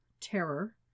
Terror